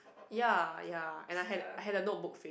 ya ya and I had I had a notebook